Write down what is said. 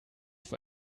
für